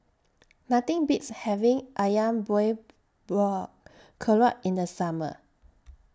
Nothing Beats having Ayam boy Buah Keluak in The Summer